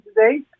today